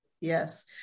yes